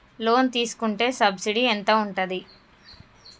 Loan తీసుకుంటే subsidy ఎంత ఉంటది?